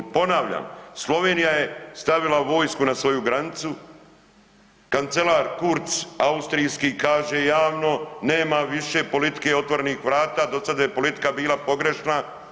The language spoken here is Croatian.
Ponavljam, Slovenija je stavila vojsku na svoju granicu, kancelar Kurz austrijski kaže javno nema više politike otvorenih vrata, do sada je politika bila pogrešna.